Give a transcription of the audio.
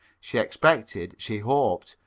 she expected, she hoped,